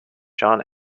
john